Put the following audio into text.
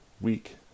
week